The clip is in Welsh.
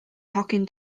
hogyn